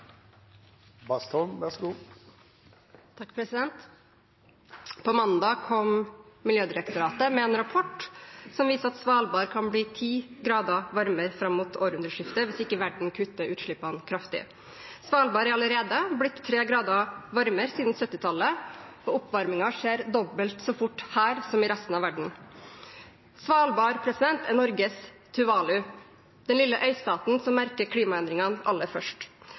På mandag kom Miljødirektoratet med en rapport som viser at Svalbard kan bli 10 grader varmere fram mot århundreskiftet hvis ikke verden kutter utslippene kraftig. Svalbard er allerede blitt 3 gradere varmere siden 1970-tallet, og oppvarmingen skjer dobbelt så fort her som i resten av verden. Svalbard er Norges Tuvalu, den lille øystaten som merker klimaendringene aller først.